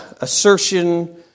assertion